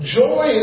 joy